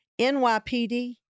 nypd